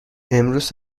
امروز